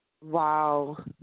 Wow